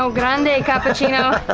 so grande and cappuccino.